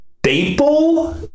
staple